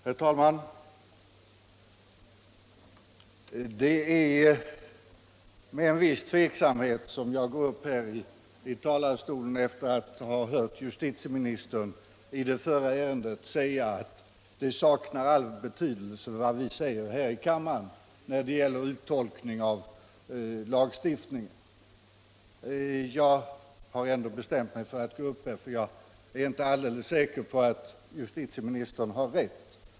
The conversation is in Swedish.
Herr talman! Det är med en viss tveksamhet som jag går upp i talarstolen efter att ha hört justitieministern i det förra ärendet säga att det saknar all betydelse vad vi här i kammaren säger när det gäller uttolkning av lagstiftningen. Jag har ändå bestämt mig för att säga några ord, eftersom jag inte är alldeles säker på att justitieministern har rätt.